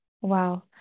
Wow